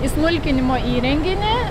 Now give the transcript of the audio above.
į smulkinimo įrenginį